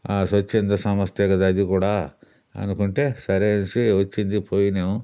స్వచ్చంద సంస్థే కదా అదికూడా అనుకుంటే సరే అనేసి వచ్చింది పోయినాము